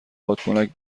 بادکنک